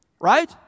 Right